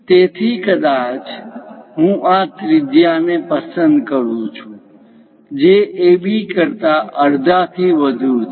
તેથી કદાચ હું આ ત્રિજ્યા ને પસંદ કરું છું જે AB કરતા અડધાથી વધુ છે